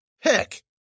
Heck